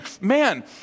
man